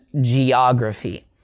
geography